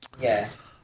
Yes